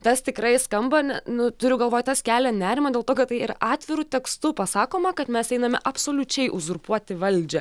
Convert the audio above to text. tas tikrai skamba ne nu turiu galvoj tas kelia nerimą dėl to kad tai yra atviru tekstu pasakoma kad mes einame absoliučiai uzurpuoti valdžią